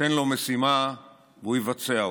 תן לו משימה והוא יבצע אותה.